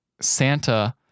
Santa